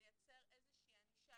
לייצר ענישה,